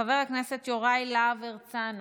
חבר הכנסת יוראי להב הרצנו,